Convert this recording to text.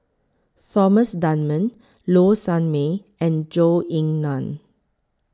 Thomas Dunman Low Sanmay and Zhou Ying NAN